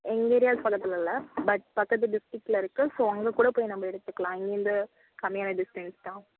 எங்கள் ஏரியாவுக்கு பக்கத்தில் இல்லை பட் பக்கத்து டிஸ்ட்ரிக்ட்டில் இருக்குது ஸோ அங்கே கூட போய் நம்ம எடுத்துக்கலாம் இங்கேயிருந்து கம்மியான டிஸ்டன்ஸ் தான்